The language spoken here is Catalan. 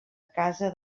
casa